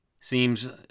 seems